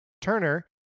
Turner